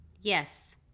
Yes